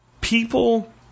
People